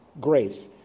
grace